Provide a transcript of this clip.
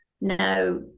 now